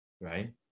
right